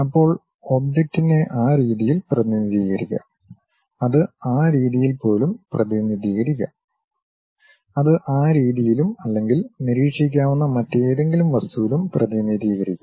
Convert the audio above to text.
അപ്പോൾ ഒബ്ജക്റ്റിനെ ആ രീതിയിൽ പ്രതിനിധീകരിക്കാം അത് ആ രീതിയിൽ പോലും പ്രതിനിധീകരിക്കാം അത് ആ രീതിയിലും അല്ലെങ്കിൽ നിരീക്ഷിക്കാവുന്ന മറ്റേതെങ്കിലും വസ്തുവിലും പ്രതിനിധീകരിക്കാം